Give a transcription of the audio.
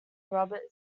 robert